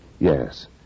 Yes